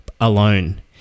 alone